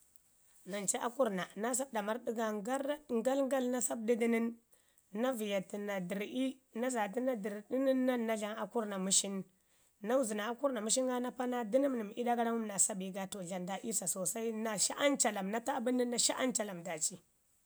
Nan ci a kurrna, naa sabɗa marrɗu ga ngaraɗ ngalgal naa sabɗu du nən na viyo tu naa dərri, naa zatu naa dərrdu nən nan naa dlamu akwurrna məshinu. Naa wuzə naa akurrna məshinu ga naapa naa dənəmnəm ii ɗa gara ngum naa sa bii ga, to dlamu da ii sa sosai, na shi am calam, na ta abən nən na shi am calam daaci